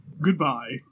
Goodbye